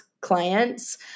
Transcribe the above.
clients